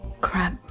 crap